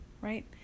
right